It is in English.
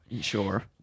sure